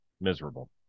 miserable